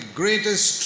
greatest